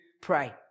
pray